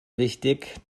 wichtig